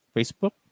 Facebook